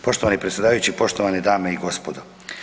Poštovani predsjedavajući, poštovane dame i gospodo.